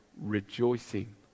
rejoicing